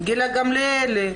גילה גמליאל,